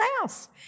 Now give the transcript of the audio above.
house